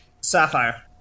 Sapphire